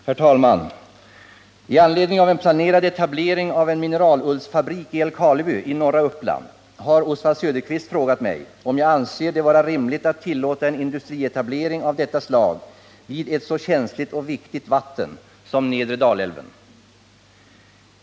Herr talman! I anledning av en planerad etablering av en mineralullsfabrik i Älvkarleby i norra Uppland har Oswald Söderqvist frågat mig, om jag anser det vara rimligt att tillåta en industrietablering av detta slag vid ett så känsligt och viktigt vatten som nedre Dalälven.